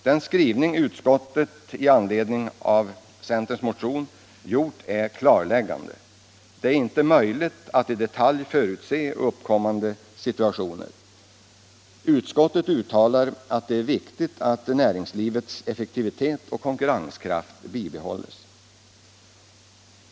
Den skrivning utskottet gjort med anledning av centerns motion är klarläggande. Det är inte möjligt att i detalj förutse uppkommande situationer. Utskottet uttalar att det är viktigt att näringslivets effektivitet och konkurrenskraft bibehålles.